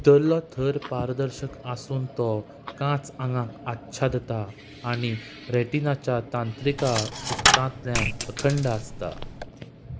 दरलो थर पारदर्शक आसून तो कांच आंगांक आच्छादता आनी रेटिनाच्या तांत्रिका उदकांतल्यान अखंड आसता